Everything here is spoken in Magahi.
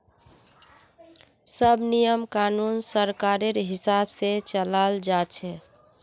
सब नियम कानून सरकारेर हिसाब से चलाल जा छे